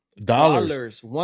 Dollars